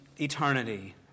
eternity